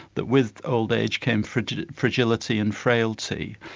that with old age came fragility fragility and frailty,